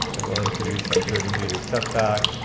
it will introduce that thirty meter setback,